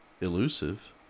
elusive